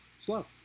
slow